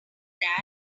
that